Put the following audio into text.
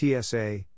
TSA